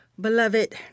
Beloved